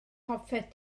hoffet